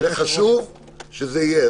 חשוב שזה יהיה.